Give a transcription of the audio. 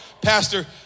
Pastor